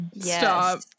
Stop